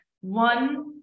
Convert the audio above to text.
One